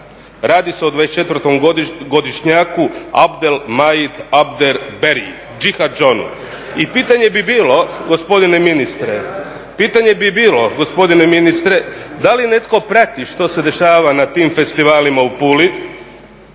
Radi se o 24-godišnjaku Abdel-Majed Abdel Bary, đihad …. I pitanje bi bilo gospodine ministre da li netko prati što se dešava na tim festivalima u Puli,